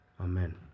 Amen